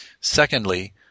Secondly